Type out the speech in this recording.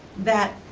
that